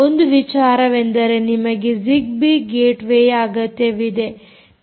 ಒಂದು ವಿಚಾರವೆಂದರೆ ನಿಮಗೆ ಜಿಗ್ಬೀ ಗೇಟ್ ವೇ ಯ ಅಗತ್ಯವಿದೆ